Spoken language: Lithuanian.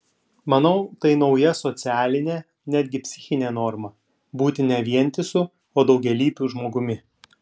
manau tai nauja socialinė netgi psichinė norma būti ne vientisu o daugialypiu žmogumi